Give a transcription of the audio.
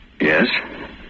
Yes